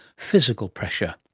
physical pressure.